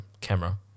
camera